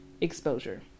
exposure